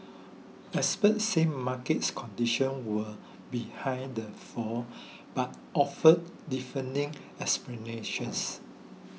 experts said markets conditions were behind the fall but offered differing explanations